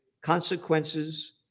consequences